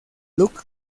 luc